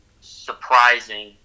surprising